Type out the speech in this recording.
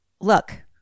look